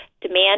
Demand